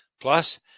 Plus